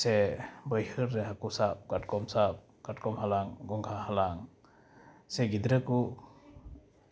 ᱥᱮ ᱵᱟᱭᱦᱟᱹᱲ ᱨᱮ ᱦᱟᱹᱠᱩ ᱥᱟᱵ ᱠᱟᱴᱠᱚᱢ ᱥᱟᱵ ᱠᱟᱴᱠᱚᱢ ᱦᱟᱞᱟᱝ ᱜᱚᱝᱜᱷᱟ ᱦᱟᱞᱟᱝ ᱥᱮ ᱜᱤᱫᱽᱨᱟᱹ ᱠᱚ